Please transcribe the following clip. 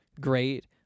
great